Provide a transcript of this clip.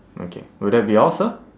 okay will that be all sir